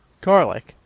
Garlic